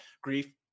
grief